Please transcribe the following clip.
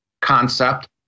concept